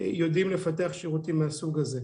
יודעים לפתח שירותים מהסוג הזה.